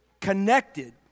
Connected